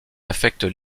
affectent